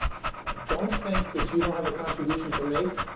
don't think that you don't have a contribution to make.